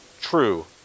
true